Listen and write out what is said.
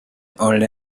only